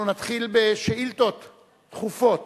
אנחנו נתחיל בשאילתות דחופות.